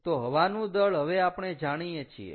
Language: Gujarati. તો હવાનું દળ હવે આપણે જાણીએ છીએ